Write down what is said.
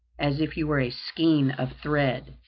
as if you were a skein of thread.